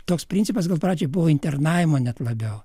toks principas gal pradžiai buvo internavimo net labiau